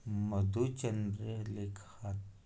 मधुचंद्र लेखांत